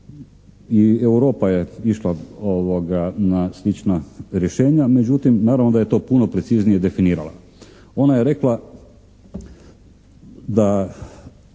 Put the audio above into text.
I Europa je išla na slična rješenja, međutim naravno da je to puno preciznije definirala. Ona je rekla da